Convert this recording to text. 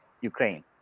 Ukraine